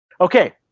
Okay